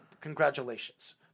Congratulations